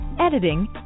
editing